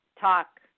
talk